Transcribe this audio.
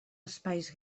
espais